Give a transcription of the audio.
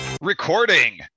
Recording